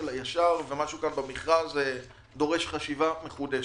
הישר ומשהו במכרז דורש חשיבה מחודשת.